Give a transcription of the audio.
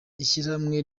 ishyirahamwe